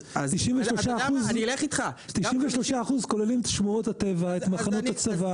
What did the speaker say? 93% כוללים את שמורות הטבע, את מחנות הצבא.